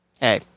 hey